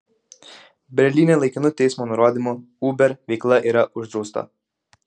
berlyne laikinu teismo nurodymu uber veikla yra uždrausta